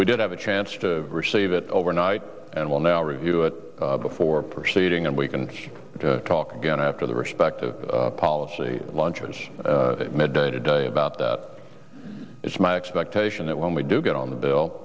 we did have a chance to receive it overnight and will now review it before proceeding and we can talk again after the respective policy launchers midday today about that it's my expectation that when we do get on the bill